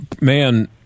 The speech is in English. man